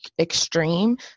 extreme